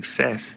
success